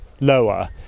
lower